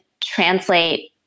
translate